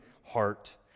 heart